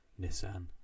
nissan